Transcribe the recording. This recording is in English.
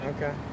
Okay